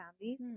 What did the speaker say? families